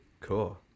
Cool